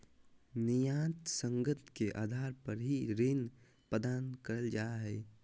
न्यायसंगत के आधार पर ही ऋण प्रदान करल जा हय